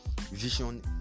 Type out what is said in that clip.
vision